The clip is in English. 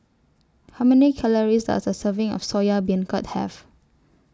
How Many Calories Does A Serving of Soya Beancurd Have